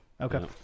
Okay